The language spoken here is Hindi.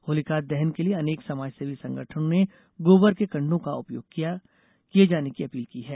होलिका दहन के लिए अनेक समाजसेवी संगठनों ने गोबर के कंडो का उपयोग किये जाने की अपील की है